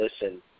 listen